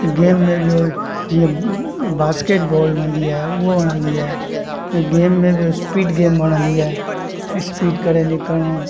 game में ॿियों जीअं बास्केट बॉल हूंदी आहे उहो वणंदी आहे गेम में बि स्पीड गेम वणंदी आहे स्पीड करे निकिरिणो